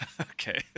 okay